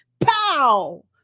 Pow